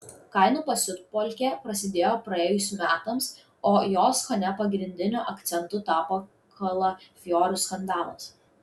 kainų pasiutpolkė prasidėjo praėjus metams o jos kone pagrindiniu akcentu tapo kalafiorų skandalas